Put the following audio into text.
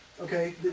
okay